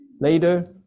later